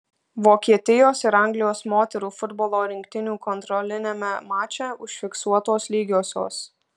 vokietijos ir anglijos moterų futbolo rinktinių kontroliniame mače užfiksuotos lygiosios